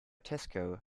tesco